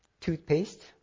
toothpaste